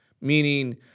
meaning